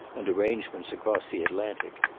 and arrangements across the atlantic,